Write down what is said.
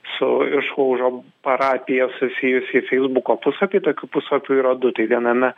su išlaužo parapija susijusį feisbuko puslapį tokių puslapių yra du tai viename